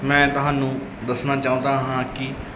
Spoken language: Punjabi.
ਮੈਂ ਤੁਹਾਨੂੰ ਦੱਸਣਾ ਚਾਹੁੰਦਾ ਹਾਂ ਕਿ